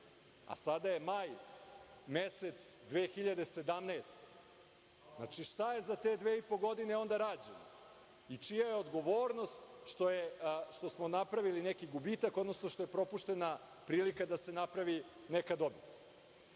a sada je maj mesec 2017. godine, znači, šta je za te dve i po godine onda rađeno i čija je odgovornost što smo napravili neki gubitak, odnosno što je propuštena prilika da se napravi neka